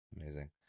Amazing